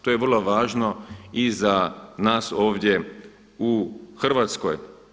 To je vrlo važno i za nas ovdje u Hrvatskoj.